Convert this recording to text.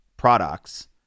products